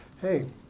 Hey